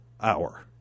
hour